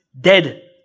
dead